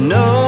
no